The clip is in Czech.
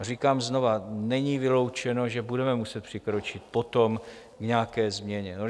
Říkám znovu, není vyloučeno, že budeme muset přikročit potom k nějaké změně.